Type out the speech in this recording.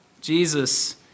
Jesus